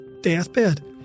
deathbed